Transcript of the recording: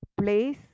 place